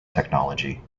technology